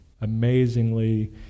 amazingly